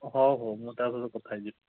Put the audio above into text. ହଉ ହଉ ମୁଁ ତା ସହିତ କଥା ହେଇଯିବି